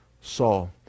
saul